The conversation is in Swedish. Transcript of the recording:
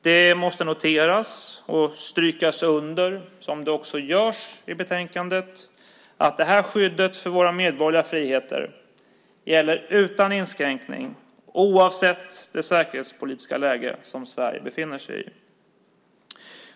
Det måste noteras och strykas under, som också görs i betänkandet, att detta skydd för våra medborgerliga friheter gäller utan inskränkning, oavsett det säkerhetspolitiska läge som Sverige befinner sig i.